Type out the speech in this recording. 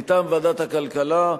מטעם ועדת הכלכלה,